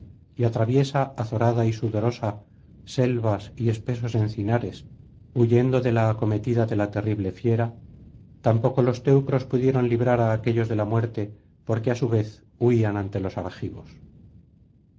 y atraviesa azorada y sudorosa selvas y espesos encinares huyendo de la acometida de la terrible fiera tampoco los teucros pudieron librar á aquéllos de la muerte porque á su vez huían ante los argivos